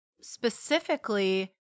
Specifically